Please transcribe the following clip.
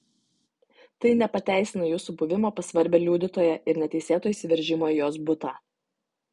tai nepateisina jūsų buvimo pas svarbią liudytoją ir neteisėto įsiveržimo į jos butą